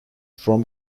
from